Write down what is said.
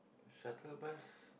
shuttle bus